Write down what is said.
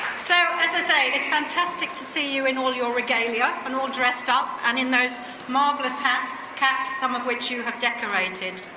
so as as i said, it's fantastic to see you in all your regalia and all dressed up and in those marvelous hats, caps, some of which you have decorated.